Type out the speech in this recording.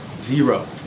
zero